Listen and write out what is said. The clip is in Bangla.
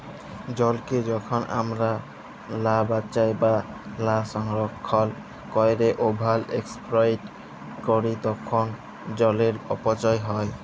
জলকে যখল আমরা লা বাঁচায় বা লা সংরক্ষল ক্যইরে ওভার এক্সপ্লইট ক্যরি তখল জলের অপচয় হ্যয়